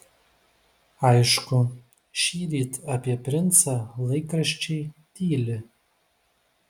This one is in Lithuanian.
aišku šįryt apie princą laikraščiai tyli